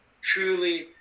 truly